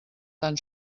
tan